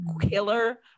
killer